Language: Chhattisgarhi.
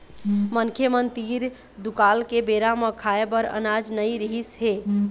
मनखे मन तीर दुकाल के बेरा म खाए बर अनाज नइ रिहिस हे